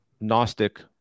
gnostic